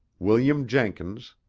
william jenkins,